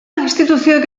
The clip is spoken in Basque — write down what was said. instituzioek